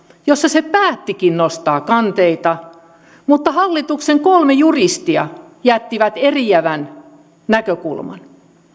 jossa se päättikin nostaa kanteita mutta hallituksen kolme juristia jättivät eriävän näkökulman